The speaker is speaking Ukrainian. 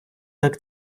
так